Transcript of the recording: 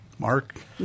Mark